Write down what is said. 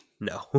No